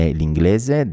l'inglese